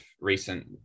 recent